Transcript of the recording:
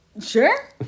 sure